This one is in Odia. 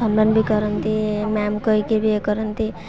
ସମ୍ମାନ ବି କରନ୍ତି ମ୍ୟାମ୍ କହିକିରି କରନ୍ତି